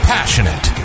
Passionate